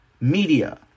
media